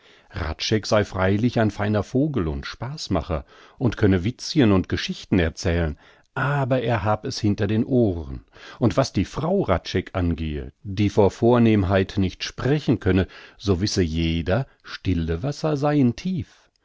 sei freilich ein feiner vogel und spaßmacher und könne witzchen und geschichten erzählen aber er hab es hinter den ohren und was die frau hradscheck angehe die vor vornehmheit nicht sprechen könne so wisse jeder stille wasser seien tief